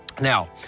Now